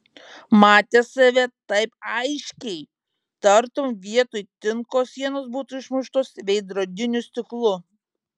matė save taip aiškiai tartum vietoj tinko sienos būtų išmuštos veidrodiniu stiklu